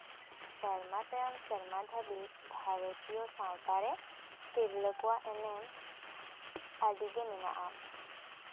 ᱥᱮᱨᱢᱟ ᱛᱟᱭᱚᱢ ᱥᱮᱨᱢᱟ ᱫᱷᱟᱵᱤᱡ ᱵᱷᱟᱨᱚᱛᱤᱭᱚ ᱥᱟᱶᱛᱟ ᱨᱮ ᱛᱤᱨᱞᱟᱹ ᱠᱚᱣᱟᱜ ᱮᱱᱮᱢ ᱟᱹᱰᱤᱜᱮ ᱢᱮᱱᱟᱜᱼᱟ